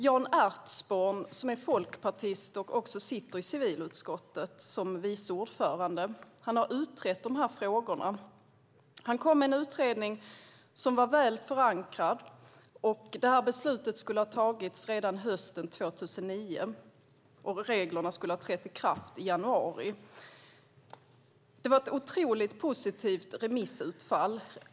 Jan Ertsborn, som är folkpartist och som sitter i civilutskottet som vice ordförande, har utrett frågorna. Han kom med en utredning som var väl förankrad. Beslutet skulle ha fattats redan hösten 2009, och reglerna skulle ha trätt i kraft i januari. Det var ett otroligt positivt remissutfall.